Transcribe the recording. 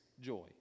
joy